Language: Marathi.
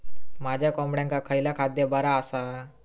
माझ्या कोंबड्यांका खयला खाद्य बरा आसा?